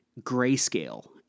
grayscale